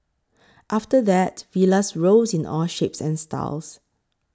after that Villas rose in all shapes and styles